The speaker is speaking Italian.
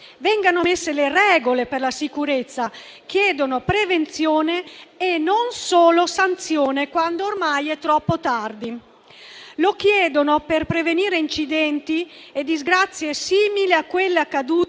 vengano messe le regole per la sicurezza; chiedono prevenzione e non solo sanzione quando ormai è troppo tardi. Lo chiedono per prevenire incidenti e disgrazie simili a quelle accadute